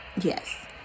Yes